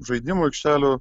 žaidimų aikštelių